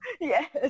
Yes